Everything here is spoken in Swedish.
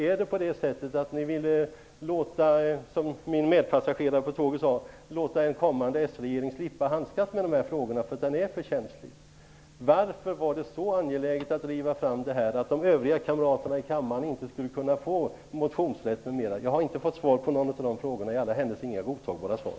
Är det på det sättet att ni vill låta en kommande sregering slippa handskas med dessa frågor för att de är för känsliga, som min medpassagerare på tåget sade? Varför var det så angeläget att driva fram beslutet så att de övriga kamraterna i kammaren gick miste om motionsrätt m.m.? Jag har inte fått svar på någon av de frågorna -- i alla händelser inga godtagbara svar.